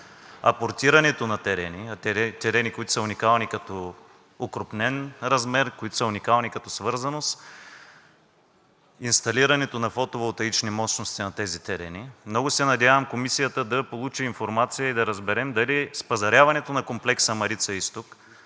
на терени, на терени, които са уникални като окрупнен размер, които са уникални като свързаност, инсталирането на фотоволтаични мощности на тези терени и много се надявам Комисията да получи информация и да разберем дали спазаряването на комплекса „Марица изток“